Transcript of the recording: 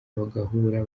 bagahura